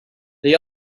they